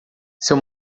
seu